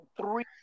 three